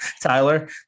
Tyler